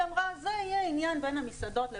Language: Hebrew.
היא אמרה, זה יהיה עניין בין המסעדות.